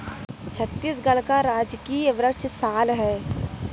छत्तीसगढ़ का राजकीय वृक्ष साल है